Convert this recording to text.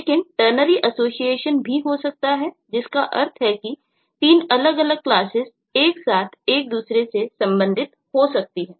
लेकिन ternary association भी हो सकता है जिसका अर्थ है कि तीन अलग अलग क्लासेस एक साथ एक दूसरे से संबंधित हो सकती है